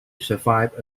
survived